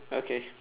okay